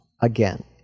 again